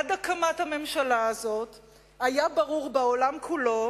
עד הקמת הממשלה הזאת היה ברור בעולם כולו